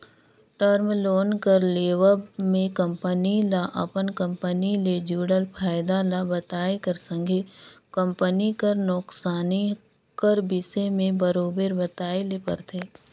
term loan कर लेवब में कंपनी ल अपन कंपनी ले जुड़ल फयदा ल बताए कर संघे कंपनी कर नोसकानी कर बिसे में बरोबेर बताए ले परथे